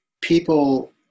people